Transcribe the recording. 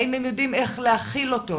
האם הם יודעים איך להכיל אותו?